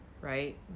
right